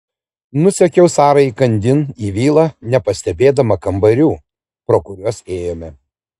nusekiau sarai įkandin į vilą nepastebėdama kambarių pro kuriuos ėjome